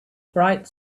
bright